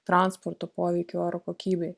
transporto poveikį oro kokybei